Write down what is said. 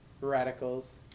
Radicals